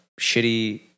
shitty